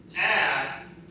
ask